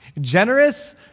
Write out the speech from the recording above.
Generous